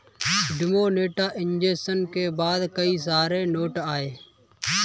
demonetisation के बाद कई सारे नए नोट आये